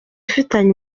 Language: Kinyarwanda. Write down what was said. ifitanye